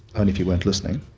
and if you weren't listening.